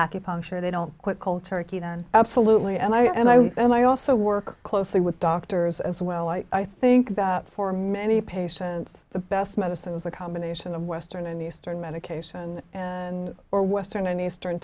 acupuncture they don't quit cold turkey absolutely and i and i and i also work closely with doctors as well i think for many patients the best medicine is a combination of western and eastern medication and or western and eastern